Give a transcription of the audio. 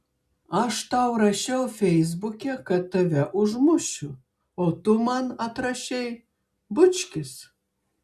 aš tau rašiau feisbuke kad tave užmušiu o tu man atrašei bučkis